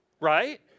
Right